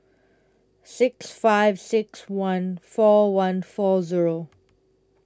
six five six one four one four Zero